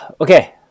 Okay